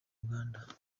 uganda